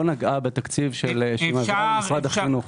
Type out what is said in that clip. נגעה בתקציב שהיא מעבירה למשרד החינוך.